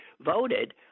voted